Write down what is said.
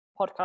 podcast